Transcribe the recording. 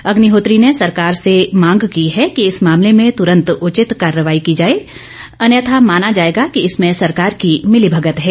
अग्निहोत्री ने सरकार से मांग की है कि इस मामले में तुरन्त उचित कार्रवाई की जाए अन्यथा माना जाएगा इसमें सरकार की मिली भगत है